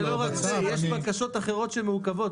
אדוני, זה לא רק זה, יש בקשות אחרות שמעוכבות.